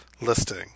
listing